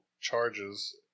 charges